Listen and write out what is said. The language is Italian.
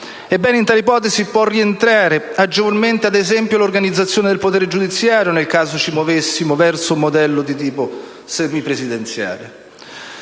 Ebbene, in tale ipotesi può rientrare, agevolmente, ad esempio, l'organizzazione del potere giudiziario, nel caso ci muovessimo verso un modello di tipo semipresidenziale.